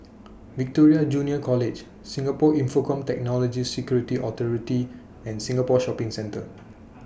Victoria Junior College Singapore Infocomm Technology Security Authority and Singapore Shopping Centre